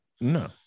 No